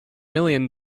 million